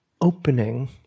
opening